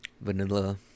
Vanilla